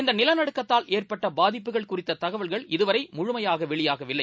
இந்தநிலநடுக்கத்தால் ஏற்பட்டபாதிப்புகள் குறித்ததகவல்கள் இதுவரைமுழுமையாகவெளியாகவில்லை